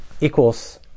equals